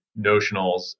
notionals